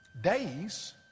days